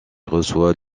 reçoit